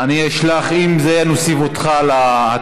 אני אשלח, אם זה, נוסיף אותך להצבעה.